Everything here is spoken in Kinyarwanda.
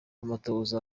amatohoza